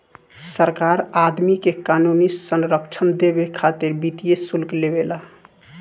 सरकार आदमी के क़ानूनी संरक्षण देबे खातिर वित्तीय शुल्क लेवे ला